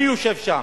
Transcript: אני יושב שם,